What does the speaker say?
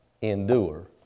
endure